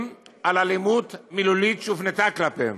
על אלימות מילולית שהופנתה כלפיהם.